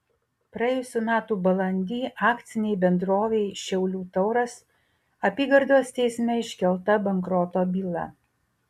praėjusių metų balandį akcinei bendrovei šiaulių tauras apygardos teisme iškelta bankroto byla